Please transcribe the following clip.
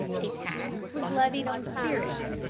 a tax was levied on spirits,